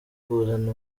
kuzana